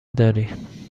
داری